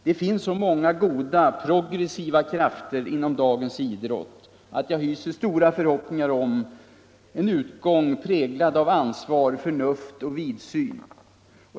Det finns så många goda och progressiva krafter verksamma inom dagens idrott att jag hyser stora förhoppningar om en utgång präglad av ansvar, förnuft och vidsyn.